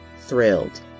thrilled